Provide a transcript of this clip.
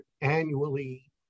annually